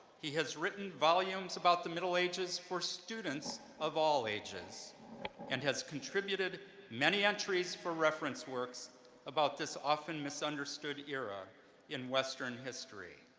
he has written volumes about the middle ages for students of all ages and has contributed many entries for reference works about this often misunderstood era in western history.